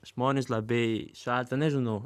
žmonės labai šalta nežinau